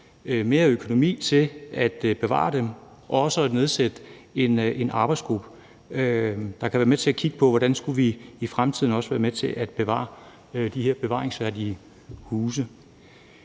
mere økonomi til at bevare dem og også at nedsætte en arbejdsgruppe, der kan være med til at kigge på, hvordan vi i fremtiden skal være med til at bevare de her bevaringsværdige huse.